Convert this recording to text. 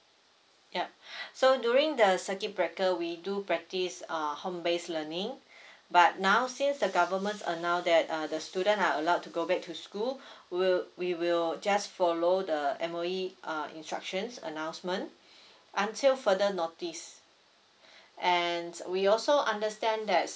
yup so during the circuit breaker we do practice uh home based learning but now since the government announce that uh the students are allowed to go back to school we'll we will just follow the M_O_E uh instructions announcement until further notice and we also understand that